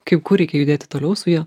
kaip kur reikia judėti toliau su juo